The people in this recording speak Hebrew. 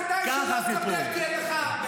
דיברת על זה, דיברת על זה.